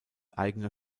eigener